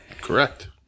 correct